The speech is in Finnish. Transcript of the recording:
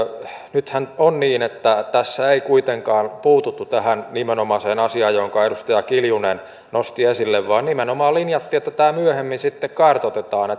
nythän on niin että tässä ei kuitenkaan puututtu tähän nimenomaiseen asiaan jonka edustaja kiljunen nosti esille vaan nimenomaan linjattiin että tämä myöhemmin kartoitetaan